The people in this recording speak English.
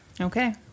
Okay